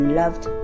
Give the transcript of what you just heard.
loved